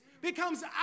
becomes